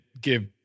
give